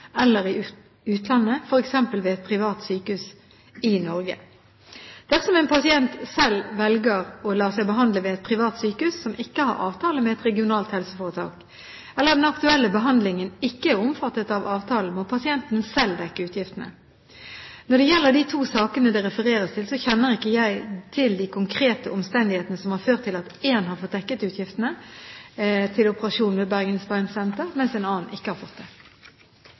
eller i utlandet, f.eks. ved et privat sykehus i Norge. Dersom en pasient selv velger å la seg behandle ved et privat sykehus som ikke har avtale med et regionalt helseforetak, eller den aktuelle behandlingen ikke er omfattet av avtalen, må pasienten selv dekke utgiftene. Når det gjelder de to sakene det refereres til, kjenner ikke jeg til de konkrete omstendighetene som har ført til én har fått dekket utgiftene til operasjon ved Bergen Spine Center, mens en annen ikke har fått det.